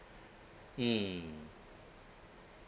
hmm